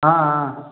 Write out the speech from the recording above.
हाँ